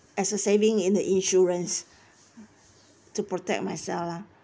as a saving in the insurance to protect myself lah